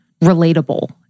relatable